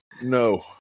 No